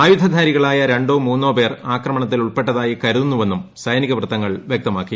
ആയുധധാരികളായ ര മൂന്നോ പേർ ആക്രമണത്തിൽ ഉൾപ്പെട്ടതായി കരുതുന്നുവെന്നും സൈനിക വൃത്തങ്ങൾ വൃക്തമാക്കി